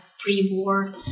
pre-war